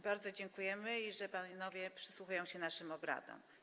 Bardzo dziękujemy, że panowie przysłuchują się naszym obradom.